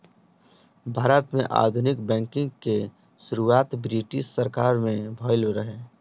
भारत में आधुनिक बैंकिंग के शुरुआत ब्रिटिस सरकार में भइल रहे